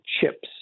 chips